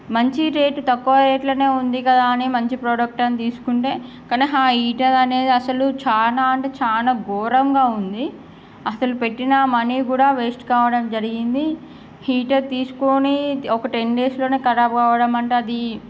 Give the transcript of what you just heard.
మంచి రేట్ తక్కువ రేట్లోనే ఉంది కదా అని మంచి ప్రోడక్ట్ అని తీసుకుంటే కానీ ఆ హీటర్ అనేది అస్సలు చానా అంటే చానా ఘోరంగా ఉంది అస్సలు పెట్టిన మనీ కూడా వేస్ట్ కావడం జరిగింది హీటర్ తీసుకోని ఒక టెన్ డేస్లోనే ఖరాబు కావడం అంటే అది